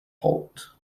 halt